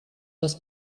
das